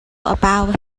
above